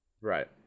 right